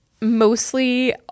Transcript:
mostly